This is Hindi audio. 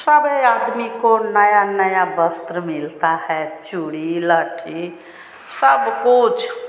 सब आदमी को नया नया वस्त्र मिलता है चूड़ी लहठी सबकुछ